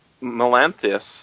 Melanthius